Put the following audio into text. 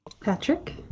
Patrick